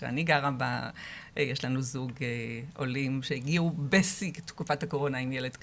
שאני גרה בה יש לנו זוג עולים שהגיעו בשיא תקופת הקורונה עם ילד קטן.